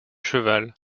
cheval